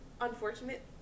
unfortunate